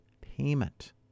payment